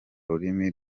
rurimi